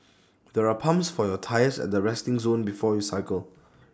there are pumps for your tyres at the resting zone before you cycle